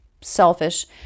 selfish